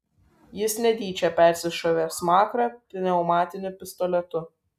jis netyčia persišovė smakrą pneumatiniu pistoletu